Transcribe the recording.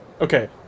Okay